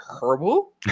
herbal